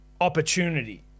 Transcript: opportunity